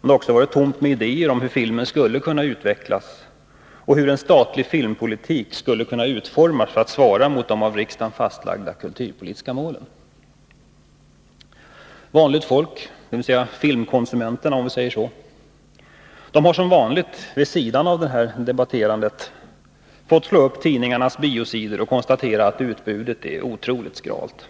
men också med idéer om hur filmen skulle kunna utvecklas och hur en statlig filmpolitik skulle kunna utformas för att svara mot de av riksdagen fastlagda kulturpolitiska målen. Vanligt folk, filmkonsumenterna, har, vid sidan av detta debatterande, som vanligt kunnat slå upp tidningarnas biosidor och konstatera att utbudet är otroligt skralt.